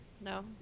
no